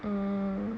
mm